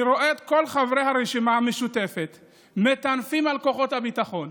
אני רואה את כל חברי הרשימה המשותפת מטנפים על כוחות הביטחון,